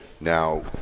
now